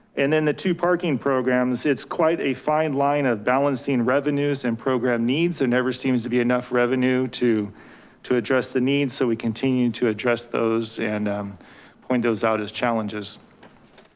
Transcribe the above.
and then the two parking programs, it's quite a fine line of balancing revenues and program needs. there never seems to be enough revenue to to address the needs. so we continue to address those and point those out as challenges.